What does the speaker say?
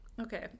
Okay